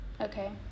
okay